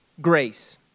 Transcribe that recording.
grace